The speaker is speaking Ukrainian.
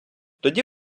тоді